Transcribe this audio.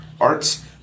arts